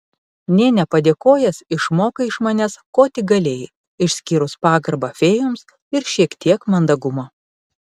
nė nepadėkojęs išmokai iš manęs ko tik galėjai išskyrus pagarbą fėjoms ir šiek tiek mandagumo